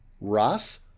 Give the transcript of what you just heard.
Ross